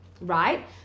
right